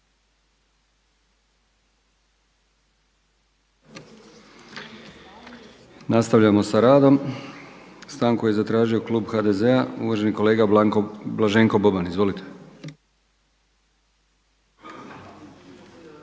uvaženi kolega Marko Šimić, izvolite.